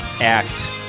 act